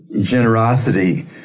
Generosity